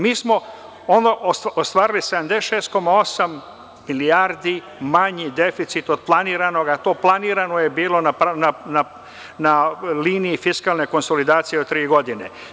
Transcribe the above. Mi smo ostvarili 76,8 milijardi manji deficit od planiranog, a to planirano je bilo na liniji fiskalne konsolidacije od tri godine.